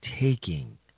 taking